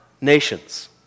nations